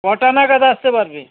কটা নাগাদ আসতে পারবে